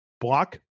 block